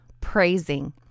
praising